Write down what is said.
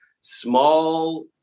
small